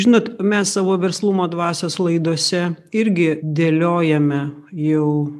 žinot mes savo verslumo dvasios laidose irgi dėliojame jau